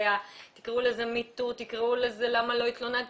תקראו לזה מיתות, תקראו לזה למה לא התלוננתי.